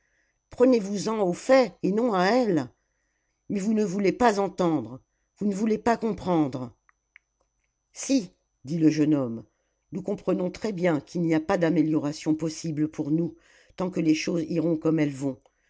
prenez vous en aux faits et non à elle mais vous ne voulez pas entendre vous ne voulez pas comprendre si dit le jeune homme nous comprenons très bien qu'il n'y a pas d'amélioration possible pour nous tant que les choses iront comme elles vont